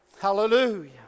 hallelujah